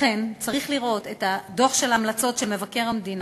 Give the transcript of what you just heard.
לכן, צריך לראות את הדוח וההמלצות של מבקר המדינה,